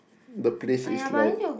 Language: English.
the place is like